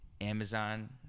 Amazon